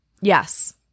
Yes